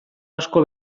asko